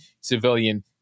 civilian